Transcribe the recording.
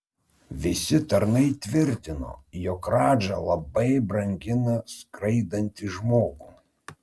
visi tarnai tvirtino jog radža labai brangina skraidantį žmogų